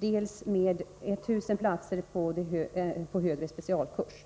dels med 1 000 platser på högre specialkurs.